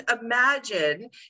imagine